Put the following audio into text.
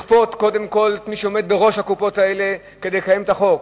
לכפות קודם כול על מי שעומד בראש הקופות האלה לקיים את החוק.